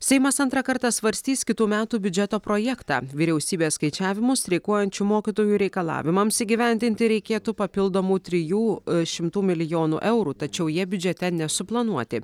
seimas antrą kartą svarstys kitų metų biudžeto projektą vyriausybės skaičiavimu streikuojančių mokytojų reikalavimams įgyvendinti reikėtų papildomų trijų šimtų milijonų eurų tačiau jie biudžete nesuplanuoti